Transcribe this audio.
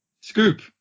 scoop